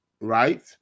right